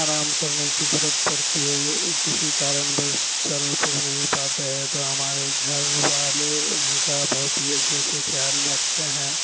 آرام کرنے کی ضرورت پڑتی ہے کسی کارن وش چل پھر نہیں پاتے ہیں تو ہمارے گھر والے ان کا بہت ہی اچھے سے خیال رکھتے ہیں